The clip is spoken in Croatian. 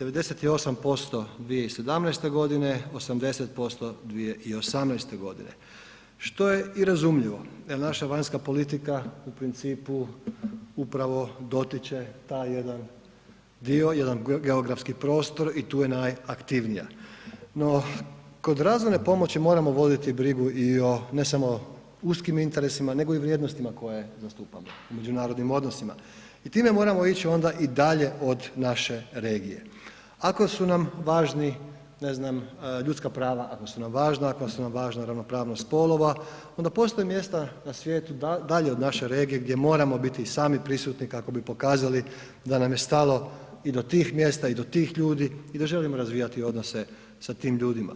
98% 2017.g., 80% 2018.g., što je i razumljivo jel naša vanjska politika u principu upravo dotiče taj jedan dio, jedan geografski prostor i tu je najaktivnija, no kod razvojne pomoći moramo voditi brigu i o, ne samo uskim interesima nego i vrijednostima koje zastupamo u međunarodnim odnosima i time moramo ić onda i dalje od naše regije, ako su nam važni, ne znam, ljudska prava, ako su nam važna, ako su nam važna ravnopravnost spolova onda postoje mjesta na svijetu dalje od naše regije gdje moramo biti i sami prisutni kako bi pokazali da nam je stalo i do tih mjesta i do tih ljudi i da želimo razvijati odnose sa tim ljudima.